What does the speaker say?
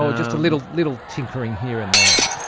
just a little little tinkering here and there.